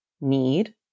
need